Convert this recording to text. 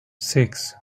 six